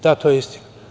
Da, to je istina.